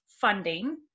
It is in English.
funding